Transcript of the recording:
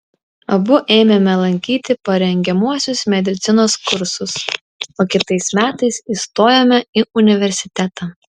abu ėmėme lankyti parengiamuosius medicinos kursus o kitais metais įstojome į universitetą